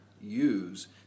use